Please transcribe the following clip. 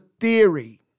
theory